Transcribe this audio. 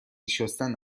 شستن